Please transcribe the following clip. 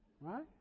Right